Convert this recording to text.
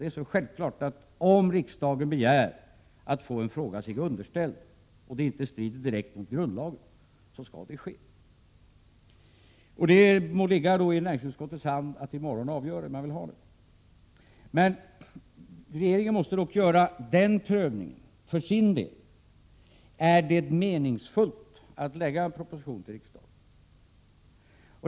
Det är självklart att om riksdagen begär att få en fråga sig underställd och det inte strider direkt mot grundlagen, så skall det ske. Det må ligga i näringsutskottets hand att i morgon avgöra hur man vill göra. Regeringen måste dock för sin del göra följande prövning: Är det meningsfullt att framlägga en proposition till riksdagen?